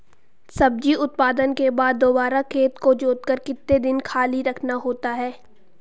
सब्जी उत्पादन के बाद दोबारा खेत को जोतकर कितने दिन खाली रखना होता है?